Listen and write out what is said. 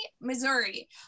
Missouri